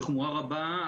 בחומרה רבה,